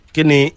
Kini